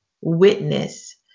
witness